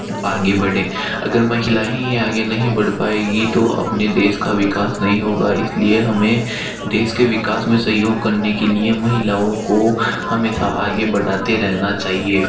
आगे बढ़ें अगर महिलाएँ ही आगे नहीं बढ़ पाएँगीं तो अपने देश का विकास नहीं होगा इसलिए हमें देश के विकास में सहयोग करने के लिए महिलाओं को हमेशा आगे बढ़ाते रहना चाहिए